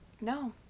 No